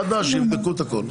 ועד אז יבדקו את הכול.